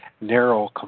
narrow